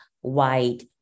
white